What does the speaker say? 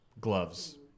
Gloves